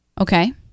Okay